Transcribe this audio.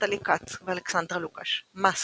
נטלי כץ ואלכסנדרה לוקש, MUST